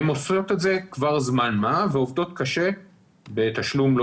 הן עושות את זה כבר זמן מה ועובדות קשה בתשלום לא